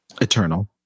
Eternal